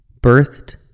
birthed